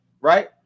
right